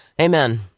Amen